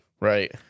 Right